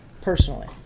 personally